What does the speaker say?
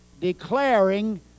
declaring